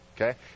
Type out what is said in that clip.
okay